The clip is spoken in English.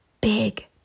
big